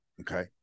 Okay